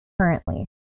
currently